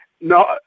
No